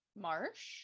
Marsh